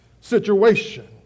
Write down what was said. situation